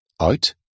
out